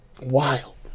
Wild